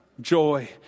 Joy